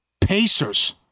Pacers